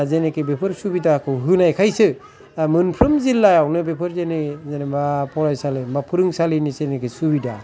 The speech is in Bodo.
जेनेखि बेफोर सुबिदाखाै होनायखायसो मोनफ्रोम जिल्लाआवनो बेफोर जेने जेनबा फरायसालि फोरोंसालिनि जेनेखि सुबिदा